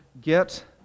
get